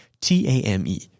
t-a-m-e